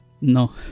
no